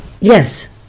Yes